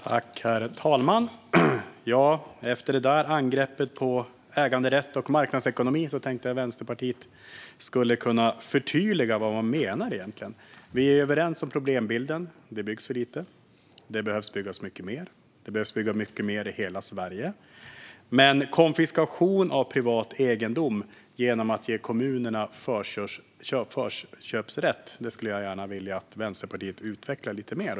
Herr talman! Efter detta angrepp på äganderätt och marknadsekonomi tänkte jag att Vänsterpartiet skulle kunna förtydliga vad man menar egentligen. Vi är överens om problembilden: Det byggs för lite. Det behöver byggas mycket mer i hela Sverige, men konfiskation av privat egendom genom att ge kommunerna förköpsrätt skulle jag gärna vilja att Vänsterpartiet utvecklar lite mer.